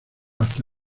hasta